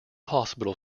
hospital